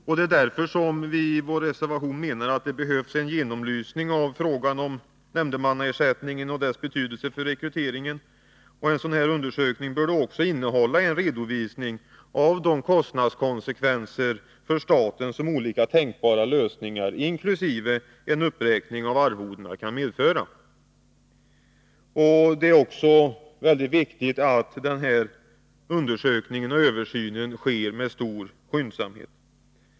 Vi menar därför att det behövs en genomlysning av frågan om nämndemannaersättningen och dess betydelse för rekryteringen. En sådan undersökning bör då också innehålla en redovisning av de kostnadskonsekvenser för staten som olika tänkbara lösningar, inkl. en behövlig uppräkning av arvodena, kan medföra. Det är också mycket viktigt att den här undersökningen och översynen sker med stor skyndsamhet.